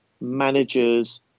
managers